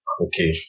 Okay